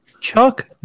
Chuck